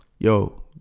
Yo